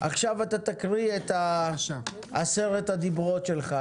עכשיו תקריא את עשרת הדברות שלך,